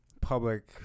public